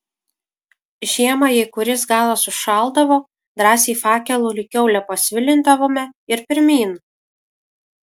žiemą jei kuris galas užšaldavo drąsiai fakelu lyg kiaulę pasvilindavome ir pirmyn